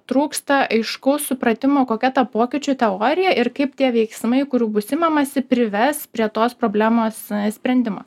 trūksta aiškaus supratimo kokia ta pokyčių teorija ir kaip tie veiksmai kurių bus imamasi prives prie tos problemos sprendimo